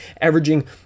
averaging